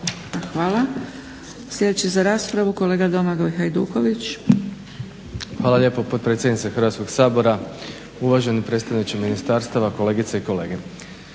Hvala. Sljedeći za raspravu kolega Domagoj Hajduković. **Hajduković, Domagoj (SDP)** Hvala lijepo potpredsjednice Hrvatskog sabora, uvaženi predstavniče ministarstava, kolegice i kolege.